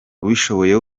ubishoboye